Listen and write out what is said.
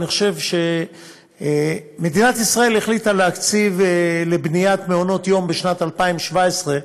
אני חושב שמדינת ישראל החליטה להקציב לבניית מעונות-יום בשנת 2017,